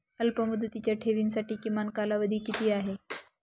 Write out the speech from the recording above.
अल्पमुदतीच्या ठेवींसाठी किमान कालावधी किती आहे?